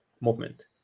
movement